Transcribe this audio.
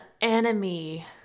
enemy